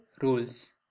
rules